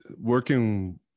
working